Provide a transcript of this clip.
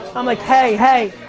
i'm like, hey, hey,